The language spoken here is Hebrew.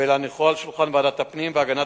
ולהניחו על שולחן ועדת הפנים והגנת